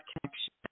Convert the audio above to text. connection